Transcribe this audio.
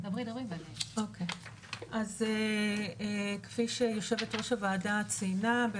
אז כפי שיושבת-ראש הוועדה ציינה,